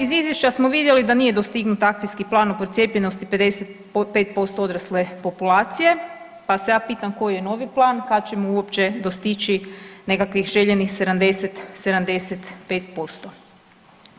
Iz izvješća smo vidjeli da nije dostignut akcijski plan o procijepljenosti 55% odrasle populacije pa se ja pitam koji je novi plan, kad ćemo uopće dostići nekakvih željenih 70, 75%